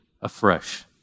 afresh